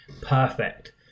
perfect